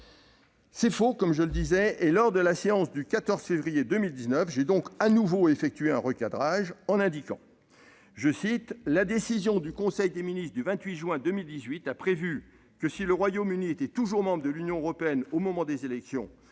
C'est faux, je le disais, et, lors de la séance du Sénat du 14 février 2019, j'ai donc de nouveau effectué un recadrage en indiquant :« la décision [du Conseil européen] du 28 juin 2018 a prévu que, si le Royaume-Uni était toujours membre de l'Union européenne au moment des élections,